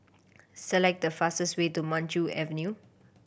select the fastest way to Maju Avenue